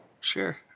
Sure